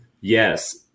yes